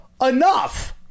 Enough